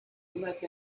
look